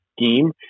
scheme